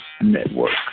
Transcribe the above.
network